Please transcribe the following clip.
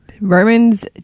Romans